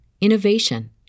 innovation